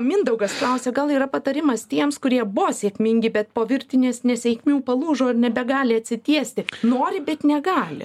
mindaugas klausia gal yra patarimas tiems kurie buvo sėkmingi bet po virtinės nesėkmių palūžo ir nebegali atsitiesti nori bet negali